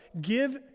give